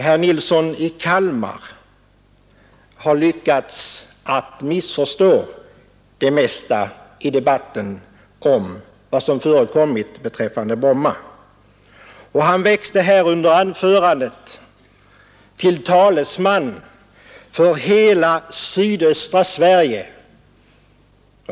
Herr Nilsson i Kalmar har lyckats att missförstå det mesta i debatten om vad som förekommit beträffande Bromma, och han växte här under anförandet till talesman för hela sydöstra Sverige.